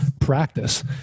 practice